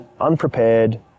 unprepared